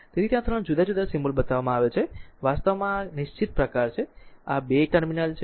તેથી ત્યાં 3 જુદા જુદા સિમ્બોલો બતાવવામાં આવ્યા છે આ વાસ્તવમાં આ નિશ્ચિત પ્રકાર છે આ 2 ટર્મિનલ છે